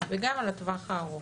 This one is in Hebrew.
וגם על הטווח הארוך.